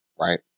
right